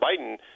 biden